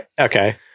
Okay